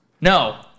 No